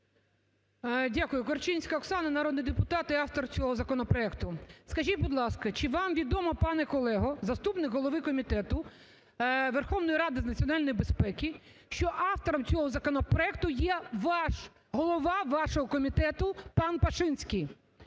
Дякую. Корчинська Оксана, народний депутат і автор цього законопроекту. Скажіть, будь ласка, чи вам відомо, пане колего заступник Комітету Верховної Ради з національної безпеки, що автором цього законопроекту є ваш голова вашого комітету пан Пашинський.